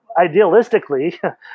idealistically